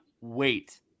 wait